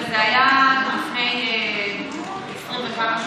זה היה לפני 20 וכמה,